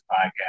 podcast